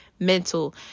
Mental